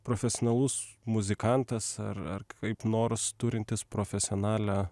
profesionalus muzikantas ar ar kaip nors turintis profesionalią